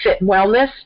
Wellness